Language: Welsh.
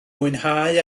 mwynhau